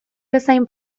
bezain